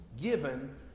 given